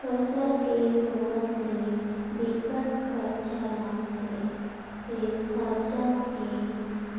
फसल के होवत ले बिकट खरचा लागथे फेर खरचा के